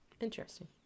Interesting